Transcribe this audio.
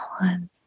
one